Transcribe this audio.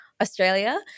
Australia